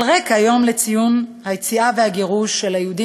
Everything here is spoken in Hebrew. על רקע יום לציון היציאה והגירוש של היהודים